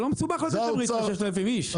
זה לא מסובך לתת תמריצים ל-6,000 איש.